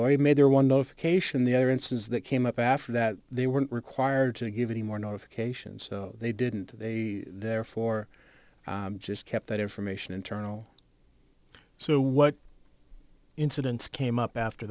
notification the other instance that came up after that they weren't required to give any more notifications they didn't they therefore just kept that information internal so what incidents came up after